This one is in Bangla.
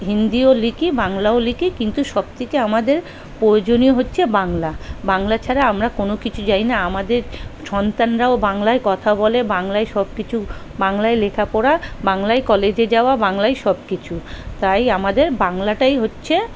হিন্দিও লিখি বাংলাও লিখি কিন্তু সবথেকে আমাদের প্রয়োজনীয় হচ্ছে বাংলা বাংলা ছাড়া আমরা কোনো কিছু জানি না আমাদের সন্তানরাও বাংলায় কথা বলে বাংলায় সব কিছু বাংলায় লেখাপড়া বাংলায় কলেজে যাওয়া বাংলায় সব কিছু তাই আমাদের বাংলাটাই হচ্ছে